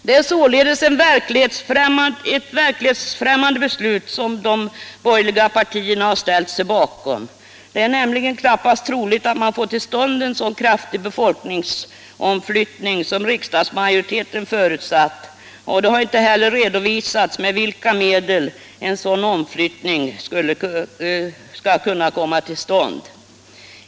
Det är således ett verklighetsfrämmande beslut som de borgerliga partierna har ställt sig bakom. Det är nämligen knappast troligt att man får till stånd en så kraftig befolkningsomflyttning som den riksdagsmajoriteten förutsatt, och det har inte heller redovisats med vilka medel en sådan omflyttning skall kunna göras.